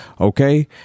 Okay